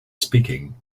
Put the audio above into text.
speaking